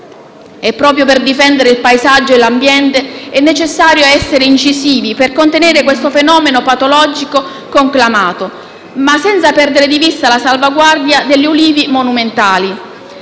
e, proprio per difendere il paesaggio e l'ambiente, è necessario essere incisivi per contenere questo fenomeno patologico conclamato, senza però perdere di vista la salvaguardia degli ulivi monumentali.